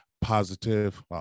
positive